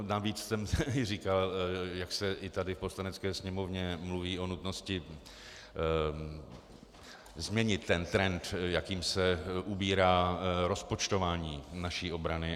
Navíc jsem říkal, jak se i tady v Poslanecké sněmovně mluví o nutnosti změnit trend, jakým se ubírá rozpočtování naší obrany.